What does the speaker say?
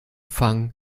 fang